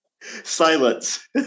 Silence